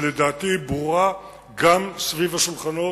שלדעתי היא ברורה גם סביב השולחנות,